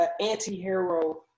anti-hero